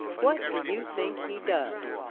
what do you think he does?